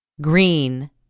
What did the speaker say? Green